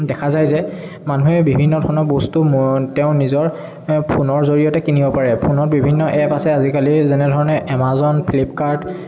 দেখা যায় যে মানুহে বিভিন্ন ধৰণৰ বস্তু ম তেওঁ নিজৰ ফোনৰ জৰিয়তে কিনিব পাৰে ফোনৰ বিভিন্ন এপ আছে আজিকালি যেনে ধৰণে এমাজন ফ্লিপকাৰ্ট